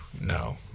No